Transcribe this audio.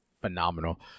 phenomenal